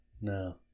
No